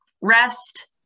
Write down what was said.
rest